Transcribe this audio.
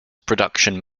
production